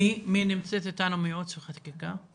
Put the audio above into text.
מי נמצאת איתנו מייעוץ וחקיקה?